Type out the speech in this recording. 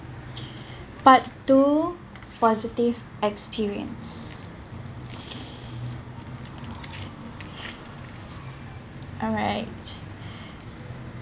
part two positive experience alright